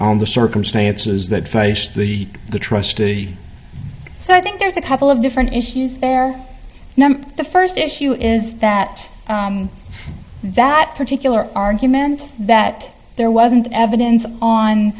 on the circumstances that faced the the trustee so i think there's a couple of different issues there number the first issue is that that particular argument that there wasn't evidence on